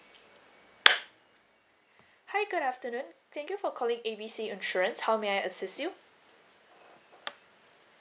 hi good afternoon thank you for calling A B C insurance how may I assist you